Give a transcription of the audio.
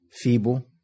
feeble